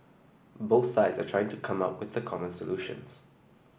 both sides are trying to come up with common solutions